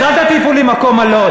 אז אל תטיפו לי מוסר על לוד.